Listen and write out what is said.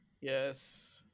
Yes